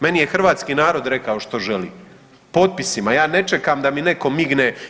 Meni je hrvatski narod rekao što želi, potpisima, ja ne čekam da mi netko migne.